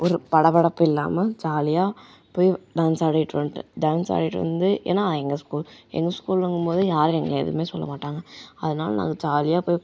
ஒரு படபடப்பு இல்லாமல் ஜாலியாக போய் டான்ஸ் ஆடிவிட்டு வந்துவிட்டேன் டான்ஸ் ஆடிவிட்டு வந்து ஏன்னால் எங்கள் ஸ்கூல் எங்கள் ஸ்கூலுங்கும்போது யாரும் எங்களை எதுவுமே சொல்லமாட்டாங்க அதனால நாங்கள் ஜாலியாக போய்